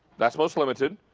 that's most limited,